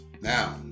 Now